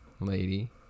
lady